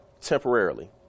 temporarily